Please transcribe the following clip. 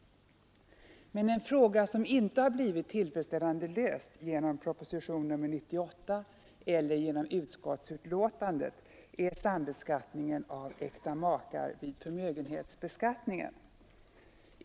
Men en fråga som inte har blivit tillfredsställande löst genom propositionen 98 eller genom utskottsbetänkandet är sambeskattningen av äkta makar vid förmögenhetsbeskattning.